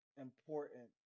important